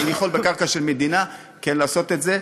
אבל אני יכול בקרקע של מדינה כן לעשות את זה,